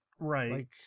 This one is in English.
right